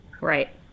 Right